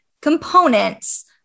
components